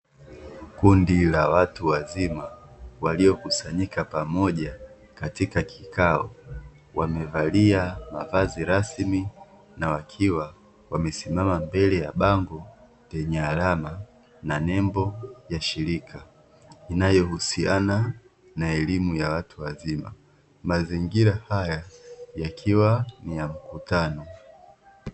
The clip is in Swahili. Kundi la watu wazima waliokusanyika pamoja katika kikao, wamevalia mavazi rasmi na wakiwa wamesimama mbele ya bango lenye alama na nembo ya shirika inayohusiana na elimu ya watu wazima, mazingira haya yakiwa ni ya mkutano.